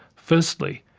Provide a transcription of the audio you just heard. firstly,